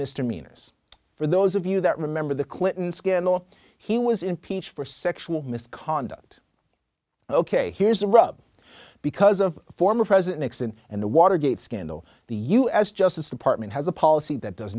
misdemeanors for those of you that remember the clinton scandal he was impeached for sexual misconduct ok here's the rub because of former president nixon and the watergate scandal the u s justice department has a policy that does